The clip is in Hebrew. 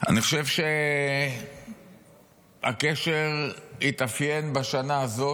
אני חושב שהקשר התאפיין בשנה הזו